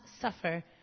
suffer